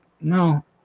no